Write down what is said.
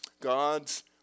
God's